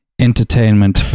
entertainment